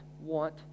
want